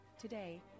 Today